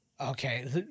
Okay